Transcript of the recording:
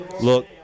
look